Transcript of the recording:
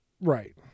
Right